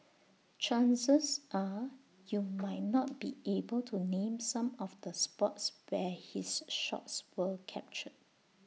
chances are you might not be able to name some of the spots where his shots were captured